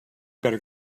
better